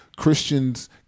Christians